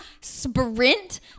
sprint